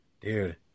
dude